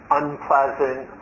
unpleasant